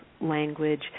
language